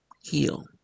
heal